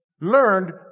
Learned